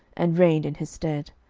and reigned in his stead.